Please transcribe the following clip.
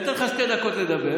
נתתי לך שתי דקות לדבר,